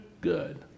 good